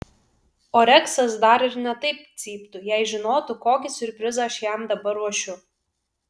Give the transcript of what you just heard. o reksas dar ir ne taip cyptų jei žinotų kokį siurprizą aš jam dabar ruošiu